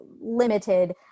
limited